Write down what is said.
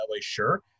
sure